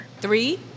Three